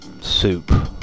soup